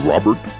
Robert